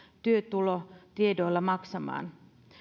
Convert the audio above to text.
työtulotiedoilla maksamaan